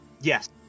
Yes